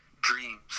Dreams